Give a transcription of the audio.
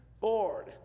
ford